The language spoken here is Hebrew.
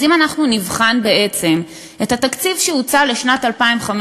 אז אם נבחן בעצם את התקציב שהוצע לשנת 2015,